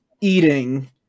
eating